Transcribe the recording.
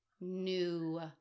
new